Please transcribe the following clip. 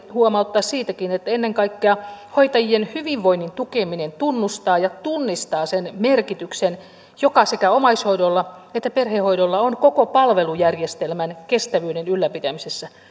huomauttaa siitäkin että ennen kaikkea hoitajien hyvinvoinnin tukeminen tunnustaa ja tunnistaa sen merkityksen joka sekä omaishoidolla että perhehoidolla on koko palvelujärjestelmän kestävyyden ylläpitämisessä